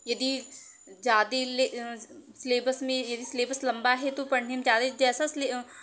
यदि जादे ले स्लैबस में यदि स्लैबस लंबा है तो पढ़ने में ज्यादे जैसा स्लै